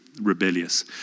rebellious